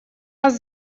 нас